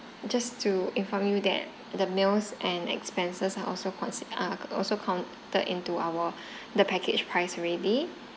just to inform you that the meals and expenses are also consi~ are also counted into our the package price already